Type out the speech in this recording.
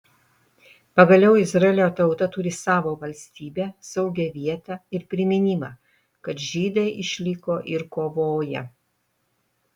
pagaliau izraelio tauta turi savo valstybę saugią vietą ir priminimą kad žydai išliko ir kovoja